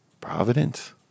Providence